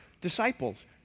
disciples